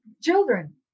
children